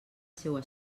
seua